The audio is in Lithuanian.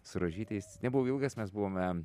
su rožyte jis nebuvo ilgas mes buvome